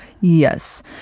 Yes